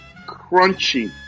crunchy